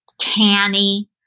canny